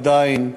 עדיין,